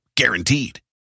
Guaranteed